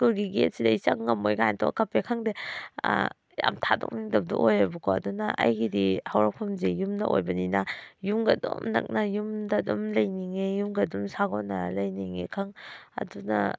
ꯁ꯭ꯀꯨꯜꯒꯤ ꯒꯦꯠ ꯁꯤꯗ ꯑꯩ ꯆꯪ ꯉꯝꯃꯣꯏ ꯀꯥꯏꯅ ꯇꯧꯔꯒ ꯀꯞꯄꯦ ꯈꯪꯗꯦ ꯌꯥꯝ ꯊꯥꯗꯣꯛꯅꯤꯡꯗꯕꯗꯣ ꯑꯣꯏꯋꯦꯕꯀꯣ ꯑꯗꯨꯅ ꯑꯩꯒꯤꯗꯤ ꯍꯧꯔꯛꯐꯝꯁꯤ ꯌꯨꯝꯅ ꯑꯣꯏꯕꯅꯤꯅ ꯌꯨꯝꯒ ꯑꯗꯨꯝ ꯅꯛꯅ ꯌꯨꯝꯗ ꯑꯗꯨꯝ ꯂꯩꯅꯤꯡꯉꯦ ꯌꯨꯝꯒ ꯑꯗꯨꯝ ꯁꯥꯒꯣꯟꯅꯔ ꯂꯩꯅꯤꯡꯉꯦ ꯑꯗꯨꯅ